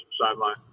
sideline